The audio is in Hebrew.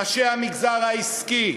ראשי המגזר העסקי,